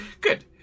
good